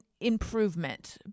improvement